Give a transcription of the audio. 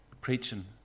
preaching